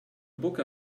book